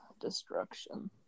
destruction